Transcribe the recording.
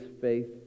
faith